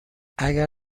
اگر